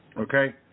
Okay